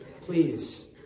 please